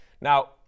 now